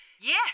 Yes